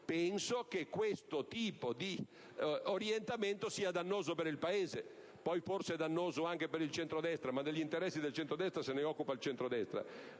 Penso che questo tipo di orientamento sia dannoso per il Paese; poi forse è dannoso anche per il centrodestra, ma degli interessi del centrodestra se ne occupa il centrodestra.